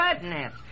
goodness